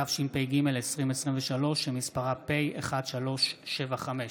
התשפ"ג 2023, שמספרה פ/1375.